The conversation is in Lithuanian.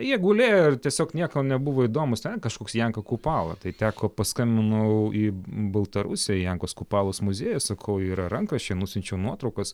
jie gulėjo ir tiesiog niekam nebuvo įdomūs ten kažkoks janka kupala tai teko paskambinau į baltarusiją į jankos kupalos muziejų sakau yra rankraščiai nusiunčiau nuotraukas